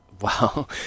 Wow